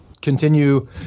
continue